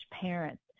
parents